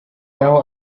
naho